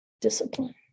discipline